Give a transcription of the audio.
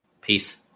Peace